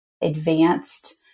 advanced